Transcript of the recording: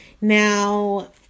Now